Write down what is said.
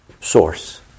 source